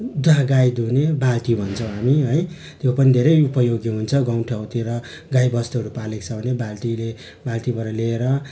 गाई दुहुनै बाल्टी भन्छौँ हामी है त्यो पनि धेरै उपयोगी हुन्छ गाउँठाउँतिर गाईबस्तुहरू पालेको छ भने बाल्टीले बाल्टीबाट ल्याएर